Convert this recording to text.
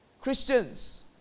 Christians